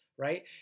Right